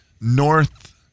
north